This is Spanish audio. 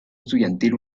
estudiantil